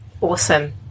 awesome